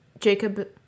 Jacob